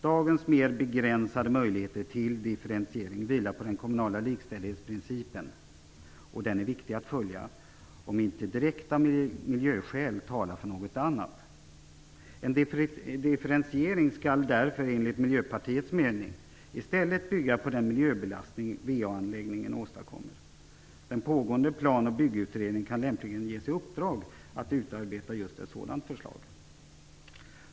Dagens mer begränsade möjligheter till differentiering vilar på den kommunala likställighetsprincipen. Den är viktig att följa, om inte direkta miljöskäl talar för något annat. En differentiering skall därför enligt Miljöpartiets mening i stället bygga på den miljöbelastning VA anläggningen åstadkommer. Den pågående plan och byggutredningen kan lämpligen ges i uppdrag att utarbeta just ett sådant förslag.